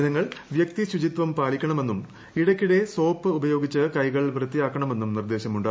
ജനങ്ങൾ വ്യക്തിശുചിത്വം പാലിക്കണമെന്നും ഇടയ്ക്കിടെ സോപ്പ് ഉപയോഗിച്ച് കൈകൾ വൃത്തിയാക്കണമെന്നും നിർദ്ദേശമുണ്ട്